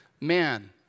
man